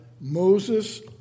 moses